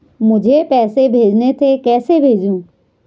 मुझे पैसे भेजने थे कैसे भेजूँ?